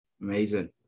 Amazing